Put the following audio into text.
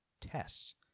tests—